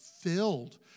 filled